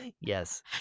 Yes